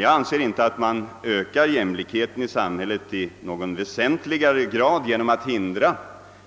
Jag anser dock inte att man i någon väsentligare grad ökar jämlikheten i samhället genom att hindra